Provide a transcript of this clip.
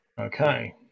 Okay